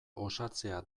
osatzea